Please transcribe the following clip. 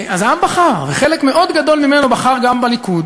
אז העם בחר, וחלק מאוד גדול ממנו בחר גם בליכוד